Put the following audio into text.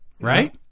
Right